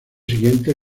siguientes